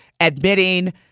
admitting